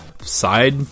side